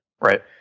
Right